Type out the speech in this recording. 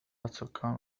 سكان